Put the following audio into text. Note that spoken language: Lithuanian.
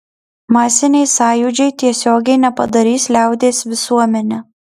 masiniai sąjūdžiai tiesiogiai nepadarys liaudies visuomene